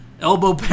Elbow